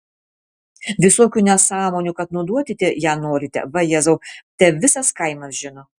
visokių nesąmonių kad nunuodyti ją norite vajezau te visas kaimas žino